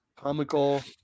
Comical